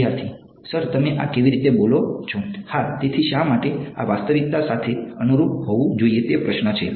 વિદ્યાર્થી સર તમે આ કેવી રીતે બોલો છો હા તેથી શા માટે આ વાસ્તવિકતા સાથે અનુરૂપ હોવું જોઈએ તે પ્રશ્ન છે